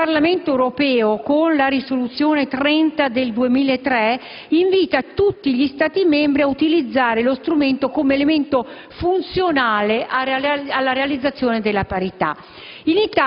e il Parlamento europeo, con la risoluzione n. 30 del 2003, invita tutti gli Stati membri a utilizzare tale strumento come elemento funzionale alla realizzazione della parità.